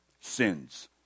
sins